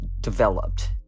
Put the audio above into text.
developed